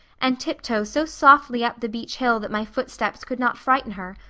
and tiptoe so softly up the beech hill that my footsteps could not frighten her,